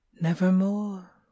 nevermore